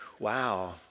wow